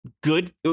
good